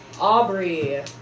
Aubrey